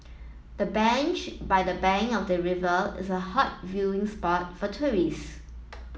the bench by the bank of the river is a hot viewing spot for tourists